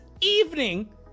evening